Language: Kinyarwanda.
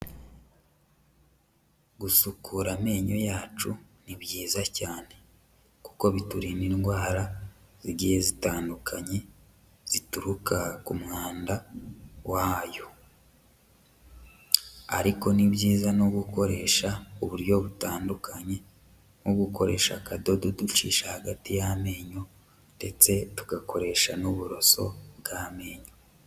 Gusukura amenyo yacu ni byiza cyane kuko biturinda indwara zigiye zitandukanye zituruka ku mwanda wayo ariko ni byiza no gukoresha butandukanye nko gukoresha akadodo ducisha hagati y'amenyo ndetse tugakoresha n'uburoso bw'amenyo.